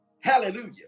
hallelujah